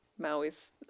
Maui's